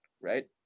right